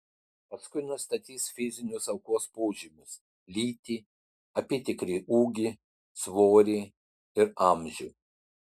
paskui nustatys fizinius aukos požymius lytį apytikrį ūgį svorį ir amžių